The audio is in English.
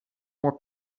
more